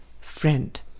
Friend